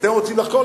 אתם רוצים לחקור?